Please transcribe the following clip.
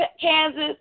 Kansas